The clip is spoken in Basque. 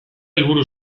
helburu